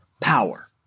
power